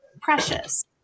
precious